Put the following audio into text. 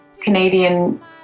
Canadian